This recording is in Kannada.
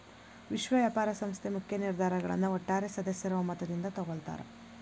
ವಿಶ್ವ ವ್ಯಾಪಾರ ಸಂಸ್ಥೆ ಮುಖ್ಯ ನಿರ್ಧಾರಗಳನ್ನ ಒಟ್ಟಾರೆ ಸದಸ್ಯರ ಒಮ್ಮತದಿಂದ ತೊಗೊಳ್ತಾರಾ